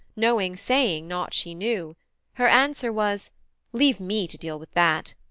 knowing, saying not she knew her answer was leave me to deal with that.